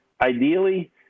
ideally